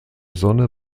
sonne